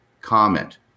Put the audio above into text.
comment